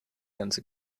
ganze